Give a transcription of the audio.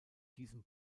diesem